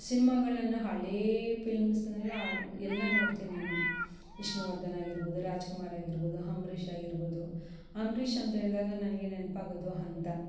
ಸಿನ್ಮಾಗಳನ್ನ ಹಳೇ ಫಿಲಮ್ಸ್ನೆಲ್ಲ ಆಲ್ ಎಲ್ಲ ನೋಡ್ತೀನಿ ನಾನು ವಿಷ್ಣುವರ್ಧನ್ ಆಗಿರ್ಬೋದು ರಾಜಕುಮಾರ್ ಆಗಿರ್ಬೋದು ಅಂಬ್ರೀಷ್ ಆಗಿರ್ಬೋದು ಅಂಬ್ರೀಷ್ ಅಂತೇಳ್ದಾಗ ನನಗೆ ನೆನ್ಪಾಗದು ಅಂತ